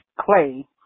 Clay